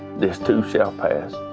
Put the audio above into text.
this too shall pass.